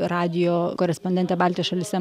radijo korespondentė baltijos šalyse